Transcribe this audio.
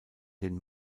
den